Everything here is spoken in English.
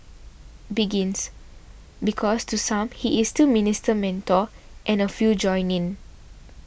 begins because to some he is still Minister Mentor and a few join in